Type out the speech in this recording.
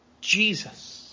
Jesus